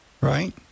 right